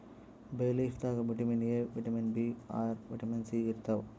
ಬೇ ಲೀಫ್ ದಾಗ್ vitamin A, vitamin B ಆರ್, ವಿಟಮಿನ್ ಸಿ ಇರ್ತವ್